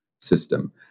system